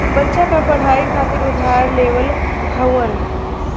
बच्चा क पढ़ाई खातिर उधार लेवल हउवन